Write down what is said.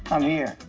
i'm here.